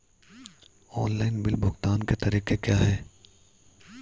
Online bill भुगतान के तरीके क्या हैं?